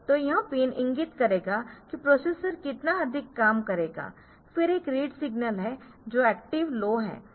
तो यह पिन इंगित करेगा कि प्रोसेसर कितना अधिक काम करेगा फिर एक रीड सिग्नल है जो एक्टिव लो है